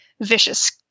vicious